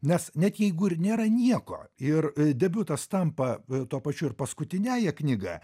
nes net jeigu ir nėra nieko ir debiutas tampa tuo pačiu ir paskutiniąja knyga